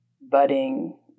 budding